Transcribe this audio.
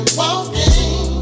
walking